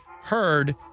heard